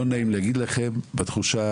לא נעים לי להגיד לכם, אבל לתחושתי